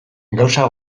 gauza